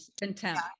contempt